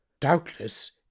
Doubtless